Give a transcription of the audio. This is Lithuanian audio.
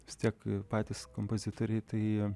vis tiek patys kompozitoriai tai